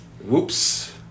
Whoops